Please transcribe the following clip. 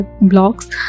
blocks